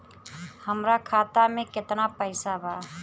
हमरा खाता मे केतना पैसा बा?